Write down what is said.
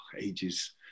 ages